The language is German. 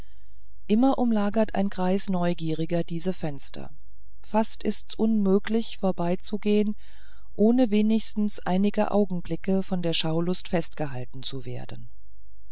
immer umlagert ein kreis neugieriger diese fenster fast ist's unmöglich vorbeizugehen ohne wenigstens einige augenblicke von der schaulust festgehalten zu werden